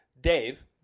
Dave